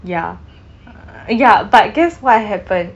ya uh ya but guess what happened